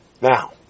Now